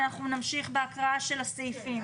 ואנחנו נמשיך בהקראה של הסעיפים.